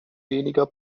weniger